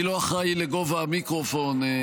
טוב, אני לא אחראי לגובה המיקרופון.